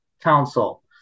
council